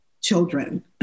children